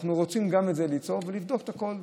אנחנו רוצים ליצור גם את זה ולבדוק את הכול.